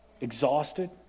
Exhausted